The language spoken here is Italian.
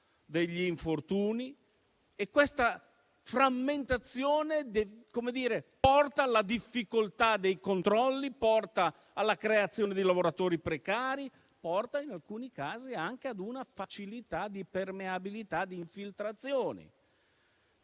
degli infortuni. E questa frammentazione porta alla difficoltà dei controlli, alla creazione di lavoratori precari e, in alcuni casi, anche a una facilità di permeabilità di infiltrazioni.